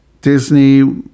Disney